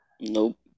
Nope